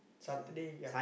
Saturday ya